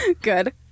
Good